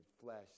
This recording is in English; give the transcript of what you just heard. flesh